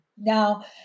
Now